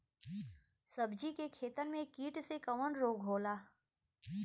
सब्जी के खेतन में कीट से कवन रोग होला?